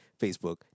Facebook